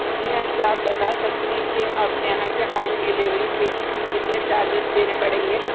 जी ma'am क्या आप बता सकती हैं कि आपके यहाँ के होम डिलिवरी के कितने चार्जिज़ देने पड़ेंगे